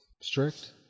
strict